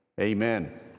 amen